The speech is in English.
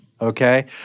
okay